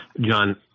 John